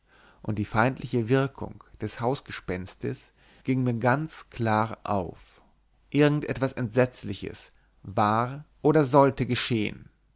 und die feindliche wirkung des hausgespenstes ging mir ganz klar auf irgend etwas entsetzliches war oder sollte geschehen